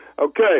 Okay